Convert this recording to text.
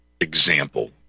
example